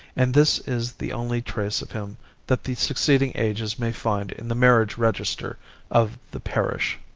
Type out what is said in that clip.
and this is the only trace of him that the succeeding ages may find in the marriage register of the parish.